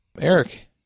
Eric